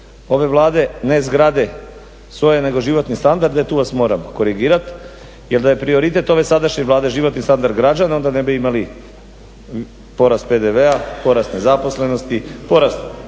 ove Vlade ne zgrade SOA-e nego životni standard, e tu vas moram korigirati, jer da je prioritet ove sadašnje Vlade život i standard građana onda ne bi imali porast PDV-a, porast nezaposlenosti, porast